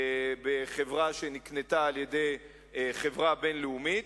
בחברה שנקנתה על-ידי חברה בין-לאומית,